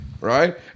right